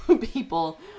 people